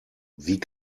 wie